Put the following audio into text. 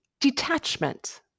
detachment